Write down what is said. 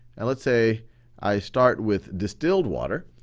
and let's say i start with distilled water,